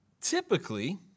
Typically